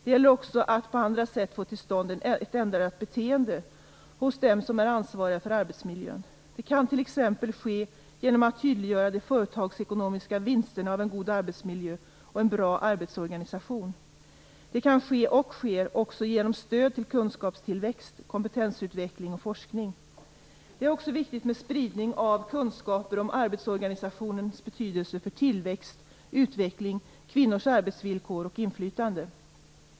Det gäller också att på andra sätt få till stånd ett ändrat beteende hos dem som är ansvariga för arbetsmiljön. Det kan t.ex. ske genom att tydliggöra de företagsekonomiska vinsterna av en god arbetsmiljö och en bra arbetsorganisation. Det kan ske och sker också genom stöd till kunskapstillväxt, kompetensutveckling och forskning. Det är också viktigt med spridning av kunskaper om arbetsorganisationens betydelse för tillväxt, utveckling, kvinnors arbetsvillkor och inflytande.